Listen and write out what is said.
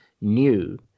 new